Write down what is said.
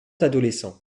adolescent